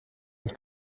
ins